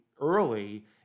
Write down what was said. early